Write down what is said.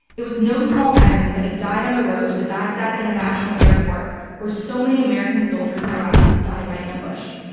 it was no small irony that he died on the road to the baghdad international airport where so many american soldiers and iraqis died by ambush.